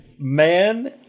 man